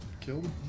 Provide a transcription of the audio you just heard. killed